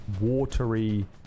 watery